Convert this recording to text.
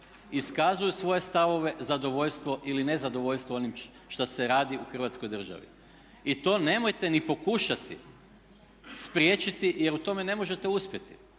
iskazuju svoje stavove, zadovoljstvo ili nezadovoljstvo onim što se radi u hrvatskoj državi. I to nemojte ni pokušati spriječiti jer u tome ne možete uspjeti.